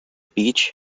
beach